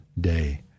day